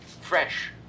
Fresh